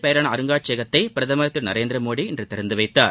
பெயரிலான அருங்காட்சியகத்தை பிரதமர் திரு நரேந்திரமோடி இன்று திறந்துவைத்தார்